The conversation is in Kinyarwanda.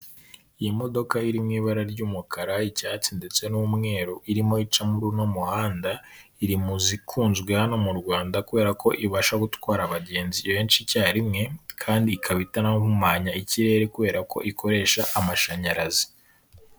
Iyi modoka iri mu ibara ry'umukara, icyatsi ndetse n'umweru irimo ica muri uno muhanda, iri mu zikunzwe hano mu Rwanda kubera ko ibasha gutwara abagenzi benshi icyarimwe, kandi ikaba itanahumanya ikirere kubera ko ikoresha amashanyarazi.